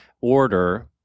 order